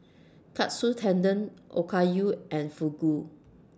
Katsu Tendon Okayu and Fugu